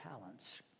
talents